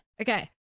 Okay